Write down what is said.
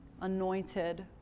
anointed